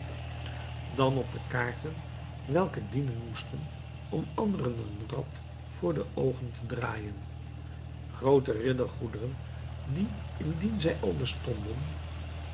dan op de kaarten welke dienen moesten om anderen een rad voor de oogen te draaien groote riddergoederen die indien zij al bestonden